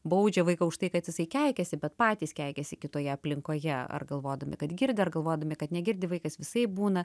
baudžia vaiką už tai kad jisai keikiasi bet patys keikiasi kitoje aplinkoje ar galvodami kad girdi ar galvodami kad negirdi vaikas visaip būna